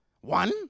One